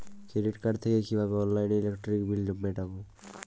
Credit card থেকে কিভাবে অনলাইনে ইলেকট্রিক বিল মেটাবো?